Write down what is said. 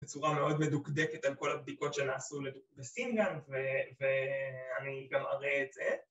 בצורה מאוד מדוקדקת על כל הבדיקות שנעשו בסינגאנט ואני גם אראה את זה